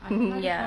ya